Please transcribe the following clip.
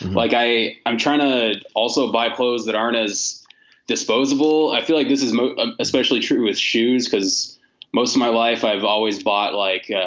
like i i'm trying to also buy clothes that aren't as disposable i feel like this is ah especially true with shoes because most of my life i've always bought like